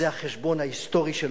זה החשבון ההיסטורי שלו,